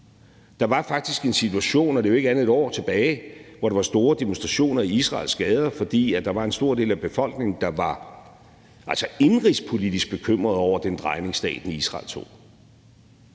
Der var faktisk en situation, og det er jo ikke andet end et år tilbage, hvor der var store demonstrationer i Israels gader, fordi der var en stor del af befolkningen, der altså indenrigspolitisk var bekymrede over den drejning, staten Israel tog.